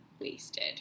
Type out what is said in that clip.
wasted